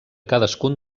cadascun